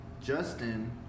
Justin